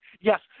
Yes